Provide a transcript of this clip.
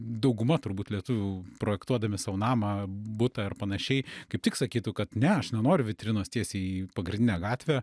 dauguma turbūt lietuvių projektuodami sau namą butą ar panašiai kaip tik sakytų kad ne aš nenoriu vitrinos tiesiai į pagrindinę gatvę